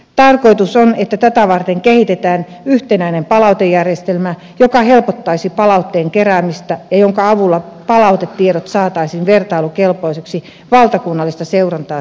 tarkoitus on että tätä varten kehitetään yhtenäinen palautejärjestelmä joka helpottaisi palautteen keräämistä ja jonka avulla palautetiedot saataisiin vertailukelpoisiksi valtakunnallista seurantaa silmällä pitäen